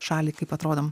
šalį kaip atrodom